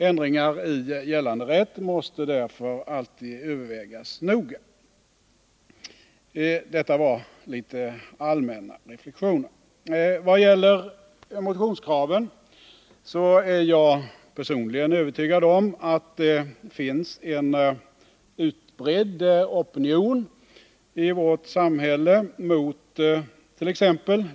Ändringar i gällande rätt måste därför alltid övervägas noga. Detta var litet allmänna reflexioner. Vad gäller motionskraven är jag personligen övertygad om att det finns en utbredd opinion i vårt samhälle mott.ex.